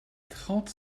trente